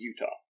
Utah